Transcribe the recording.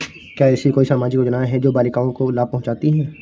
क्या ऐसी कोई सामाजिक योजनाएँ हैं जो बालिकाओं को लाभ पहुँचाती हैं?